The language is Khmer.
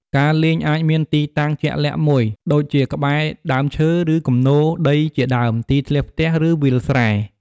ការលេងអាចមានទីតាំងជាក់លាក់មួយ ដូចជាក្បែរដើមឈើ ឬគំនរដីជាដើម ទីធ្លាផ្ទះ ឬវាលស្រែ។